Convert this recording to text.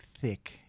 thick